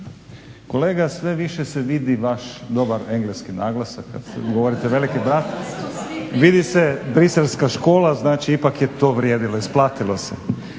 kolega, sve više se vidi vaš dobar engleski naglasak kad govorite Veliki brat, vidi se brusselska škola, znači ipak je to vrijedilo, isplatilo se.